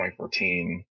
2014